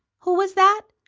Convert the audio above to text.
who was that?